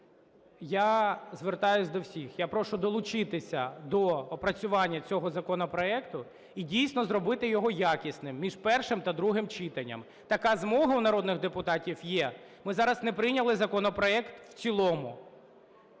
Я звертаюсь до всіх, я прошу долучитися до опрацювання цього законопроекту і, дійсно, зробити його якісним, між першим та другим читанням. Така змога у народних депутатів є, ми зараз не прийняли законопроект в цілому.